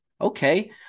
okay